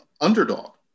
underdog